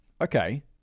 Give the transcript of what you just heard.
okay